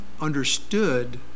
understood